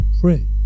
pray